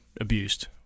abused